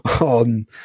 on